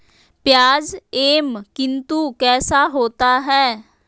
प्याज एम कितनु कैसा होता है?